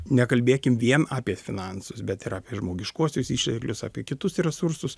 nekalbėkim vien apie finansus bet ir apie žmogiškuosius išteklius apie kitus resursus